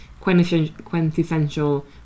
quintessential